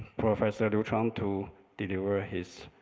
professor to um to deliver ah his